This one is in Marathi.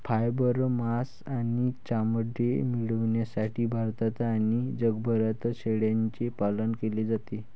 फायबर, मांस आणि चामडे मिळविण्यासाठी भारतात आणि जगभरात शेळ्यांचे पालन केले जाते